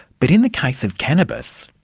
but in the case of cannabis,